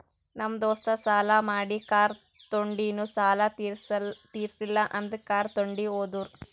ನಮ್ ದೋಸ್ತ ಸಾಲಾ ಮಾಡಿ ಕಾರ್ ತೊಂಡಿನು ಸಾಲಾ ತಿರ್ಸಿಲ್ಲ ಅಂತ್ ಕಾರ್ ತೊಂಡಿ ಹೋದುರ್